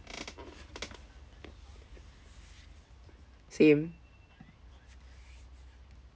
same